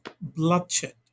bloodshed